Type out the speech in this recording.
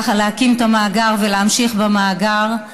להקים את המאגר ולהמשיך במאגר,